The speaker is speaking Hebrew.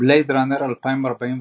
"בלייד ראנר 2049",